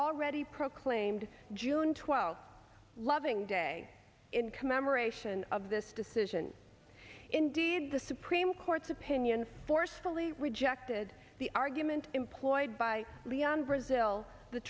already proclaimed june twelfth loving day in commemoration of this decision indeed the supreme court's opinion forcefully rejected the argument employed by leon brazil the